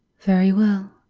very well.